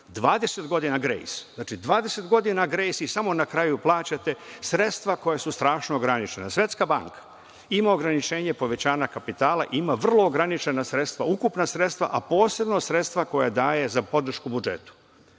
moguća sredstva na 20 godina „grejs“ i samo na kraju plaćate sredstva koja su strašno ograničena. Svetska banka ima ograničenje povećanja kapitala, ima vrlo ograničena ukupna sredstva, a posebno sredstva koja daju za podršku budžetu.